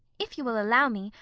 if you will allow me,